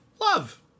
love